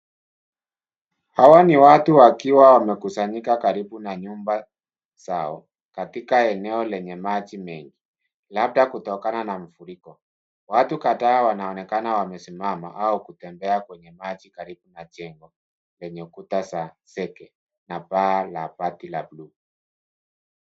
Hawa ni watu wakiwa wamekusanyika karibu na nyumba zao katika eneo lenye maji mengi labda kutokana na mafuriko. Watu kadhaa wanaonekana wamesimama au kutembea kwenye maji karibu na jengo lenye kuta za zege na paa la bati ya buluu.